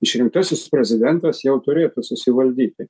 išrinktasis prezidentas jau turi susivaldyti